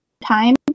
time